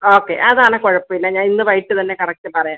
okay അതാണേൽ കുഴപ്പമില്ല ഞാൻ ഇന്ന് വൈകിട്ട് തന്നെ കറക്റ്റ് പറയാം